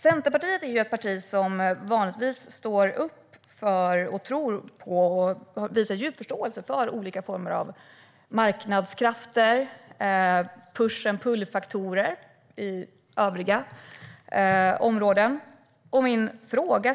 Centerpartiet står vanligtvis upp för, tror på och visar stor förståelse för olika former av marknadskrafter och push-and-pull-faktorer på olika områden.